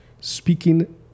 speaking